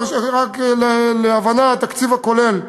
רק להבנת התקציב הכולל: